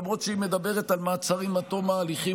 למרות שהיא מדברת על מעצרים עד תום ההליכים